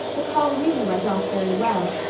the call really went off very well,